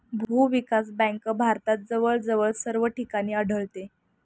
भूविकास बँक भारतात जवळजवळ सर्व ठिकाणी आढळते